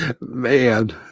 Man